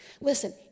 Listen